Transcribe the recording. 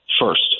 first